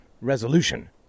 resolution